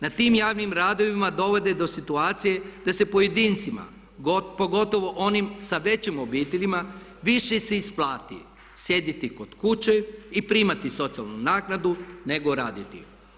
Na tim javnim radovima dovode do situacije da se pojedincima pogotovo onim sa većim obiteljima više se isplati sjediti kod kuće i primati socijalnu naknadu i raditi.